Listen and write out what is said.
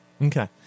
Okay